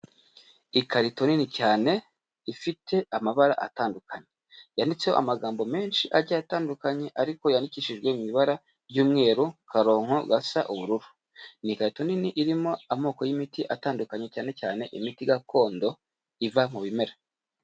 Ikarito nini cyane ifite amabara atandukanye yanditseho amagambo menshi agiye atandukanye ariko yandikishijwe mu ibara ry'umweru, akaronko gasa ubururu, ni ikarito nini irimo amoko y'imiti atandukanye cyane cyane imiti gakondo iva mu bimera.